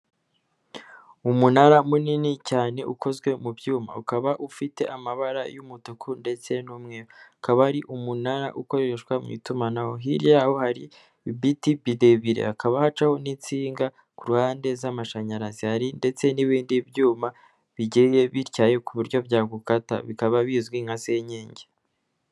Umunara munini cyane ukozwe mu byuma ukaba ufite amabara y'umutuku ndetse n'umweru, akaba ari umunara ukoreshwa mu itumanaho. Hirya yaho hari biti birebire, hakaba hacaho n'insinga ku ruhande z'amashanyarazi, hari ndetse n'ibindi byuma bigiye bityaye ku buryo byagukata, bikaba bizwi nka senkenge.